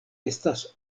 estas